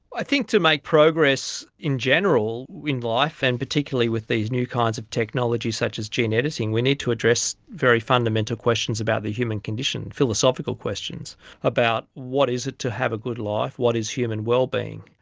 i think to make progress in general in life and particularly with these new kinds of technologies such as gene editing we need to address very fundamental questions about the human condition, philosophical questions about what is it to have a good life, what is human well-being.